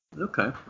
Okay